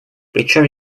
причем